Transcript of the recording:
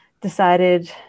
decided